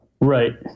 Right